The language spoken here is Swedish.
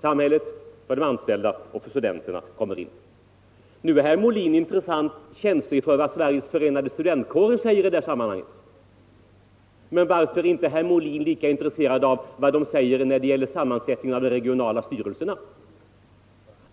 samhället, de anställda och studenterna blir representerade i dessa. Nu är herr Molin intresserad av och känslig för vad Sveriges förenade studentkårer säger i detta sammanhang. Men varför är inte herr Molin lika intresserad av vad de säger när det gäller sammansättningen av de regionala styrelserna?